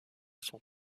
son